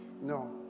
No